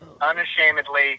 unashamedly